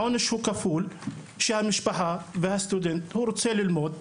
העונש הוא כפול גם כלפי המשפחה וגם כלפי הסטודנט שרוצה ללמוד.